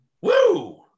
Woo